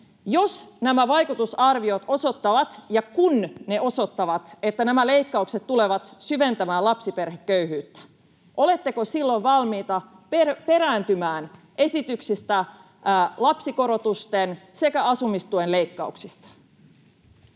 jos nämä vaikutusarviot osoittavat, ja kun ne osoittavat, että nämä leikkaukset tulevat syventämään lapsiperheköyhyyttä, oletteko silloin valmiita perääntymään esityksistä liittyen lapsikorotusten sekä asumistuen leikkauksiin?